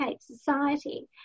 society